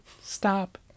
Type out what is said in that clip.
Stop